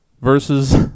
versus